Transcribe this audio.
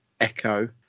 echo